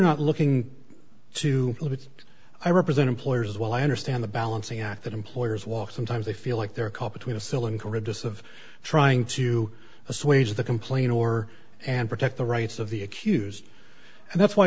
not looking to have it i represent employers well i understand the balancing act that employers walk sometimes they feel like they're caught between a sill and courageous of trying to assuage the complain or and protect the rights of the accused and that's why